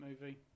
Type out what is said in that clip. movie